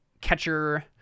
catcher